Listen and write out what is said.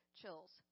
chills